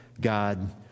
God